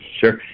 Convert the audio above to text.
Sure